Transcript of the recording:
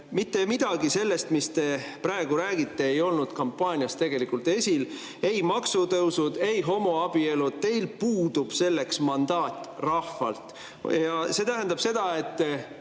Mitte midagi sellest, mis te praegu räägite, ei olnud kampaanias tegelikult esil: ei maksutõusud, ei homoabielud. Teil puudub selleks mandaat rahvalt. See tähendab seda, et